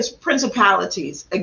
principalities